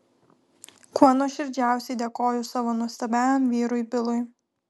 kuo nuoširdžiausiai dėkoju savo nuostabiajam vyrui bilui